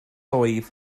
oedd